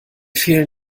fehlen